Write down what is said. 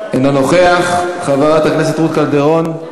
אינו נוכח; חברת הכנסת רות קלדרון,